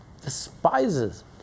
despises